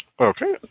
Okay